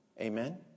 Amen